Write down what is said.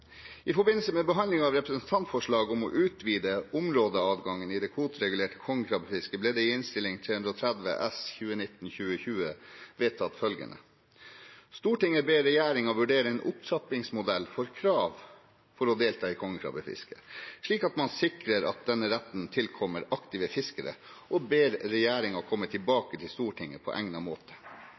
I forbindelse med behandling av representantforslag om å utvide områdeadgangen i det kvoteregulerte kongekrabbefisket ble det ved behandling av Innst. 330 S for 2019–2020 vedtatt følgende: «Stortinget ber regjeringen vurdere en opptrappingsmodell for krav for å delta i kongekrabbefisket, slik at man sikrer at denne retten tilkommer aktive fiskere, og ber regjeringen komme tilbake til Stortinget på egnet måte.»